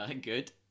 good